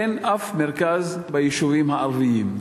אין אף מרכז ביישובים הערביים,